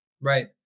Right